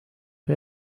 või